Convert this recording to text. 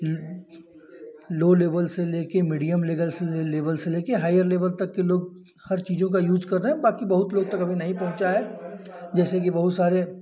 ल low level से लेकर मीडियम लेवल से लेवल से लेकर हाईयर लेवल तक के लोग हर चीज़ का यूज़ कर रहे हैं बाकी बहुत लोगों तक अभी नहीं पहुँचा है जैसे कि बहुत सारे